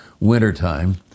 wintertime